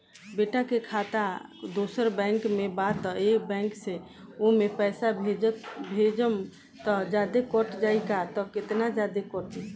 बेटा के खाता दोसर बैंक में बा त ए बैंक से ओमे पैसा भेजम त जादे कट जायी का त केतना जादे कटी?